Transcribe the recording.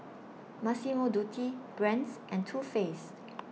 Massimo Dutti Brand's and Too Faced